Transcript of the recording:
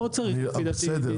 גם פה צריך לפי דעתי להתלבש על זה,